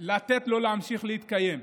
לתת לו להמשיך להתקיים.